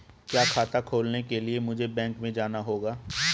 क्या खाता खोलने के लिए मुझे बैंक में जाना होगा?